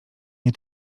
nie